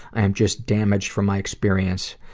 i am just damaged from my experience,